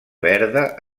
verda